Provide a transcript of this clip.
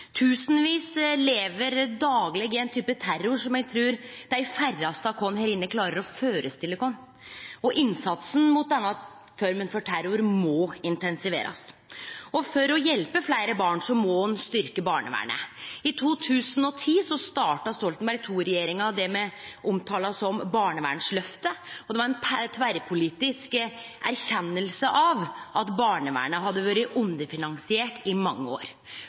Tusenvis lever dagleg i ein type terror som eg trur dei færraste av oss her inne klarar å førestille oss. Innsatsen mot denne forma for terror må intensiverast. For å hjelpe fleire barn må ein styrkje barnevernet. I 2010 starta Stoltenberg II-regjeringa det me omtala som barnevernsløftet, og det var ei tverrpolitisk erkjenning av at barnevernet hadde vore underfinansiert i mange år.